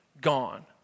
gone